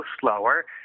slower